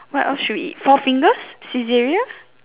what else should we eat four fingers Saizeriya